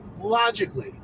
Logically